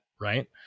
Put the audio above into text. Right